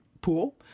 pool